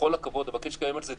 בכל הכבוד, אבקש לקיים דיון